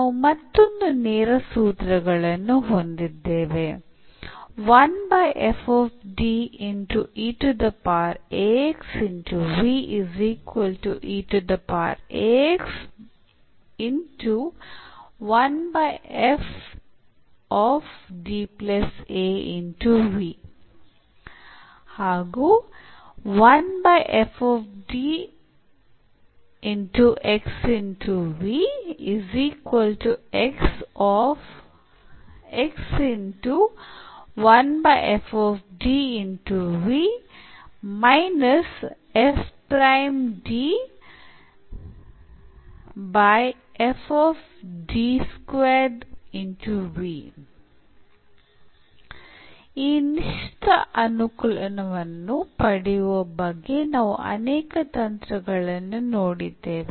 ನಾವು ಮತ್ತೊಂದು ನೇರ ಸೂತ್ರಗಳನ್ನು ಹೊಂದಿದ್ದೇವೆ ಈ ನಿಶ್ಚಿತ ಅನುಕಲನವನ್ನು ಪಡೆಯುವ ಬಗ್ಗೆ ನಾವು ಅನೇಕ ತಂತ್ರಗಳನ್ನು ನೋಡಿದ್ದೇವೆ